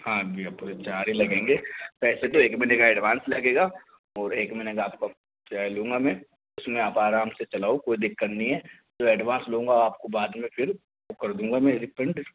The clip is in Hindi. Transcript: हाँ भैया पूरे चार ही लगेंगे पैसे तो एक महीने का एडवांस लगेगा और एक महीने का आपका किराया लूँगा मैं उसमें आप आराम से चलाओ कोई दिक्कत नहीं है तो ऐडवान्स लूँगा आपको बाद में फिर वो कर दूँगा मैं रिफंड